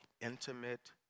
intimate